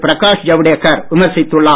பிரகாஷ் ஜவடேகர் விமர்சித்துள்ளார்